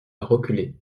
reculer